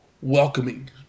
welcoming